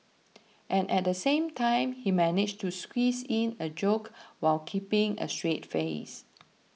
and at the same time he managed to squeeze in a joke while keeping a straight face